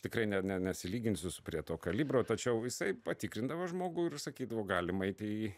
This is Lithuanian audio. tikrai ne ne nesilyginsiu prie to kalibro tačiau jisai patikrindavo žmogų ir sakydavo galim eiti į